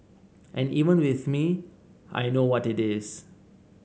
and even with me I know what it is